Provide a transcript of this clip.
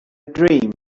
dream